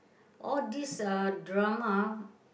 all these drama